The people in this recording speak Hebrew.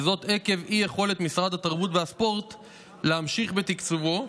וזאת עקב אי-יכולת משרד התרבות והספורט להמשיך בתקצובו,